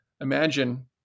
Imagine